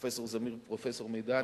פרופסור זמיר ופרופסור מירוני,